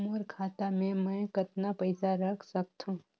मोर खाता मे मै कतना पइसा रख सख्तो?